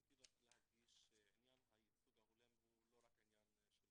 רציתי להדגיש שעניין הייצוג ההולם הוא לא רק עניין של